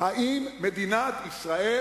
האם מדינת ישראל